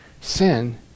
Sin